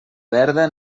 verda